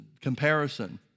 comparison